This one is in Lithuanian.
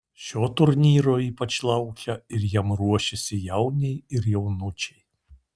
šio turnyro ypač laukia ir jam ruošiasi jauniai ir jaunučiai